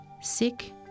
Sick